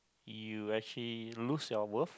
you actually lose your worth